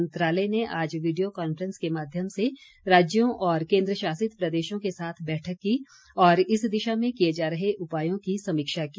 मंत्रालय ने आज वीडियो कांफ्रेंस के माध्यम से राज्यों और केन्द्रशासित प्रदेशों के साथ बैठक की और इस दिशा में किए जा रहे उपायों की समीक्षा की